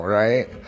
right